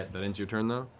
that ends your turn, though.